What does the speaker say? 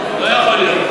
לא יכול להיות.